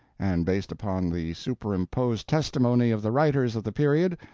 and based upon the superimposed testimony of the writers of the period,